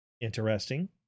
Interesting